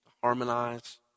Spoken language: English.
harmonize